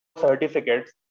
certificates